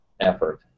effort